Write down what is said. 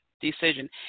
decision